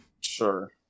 Sure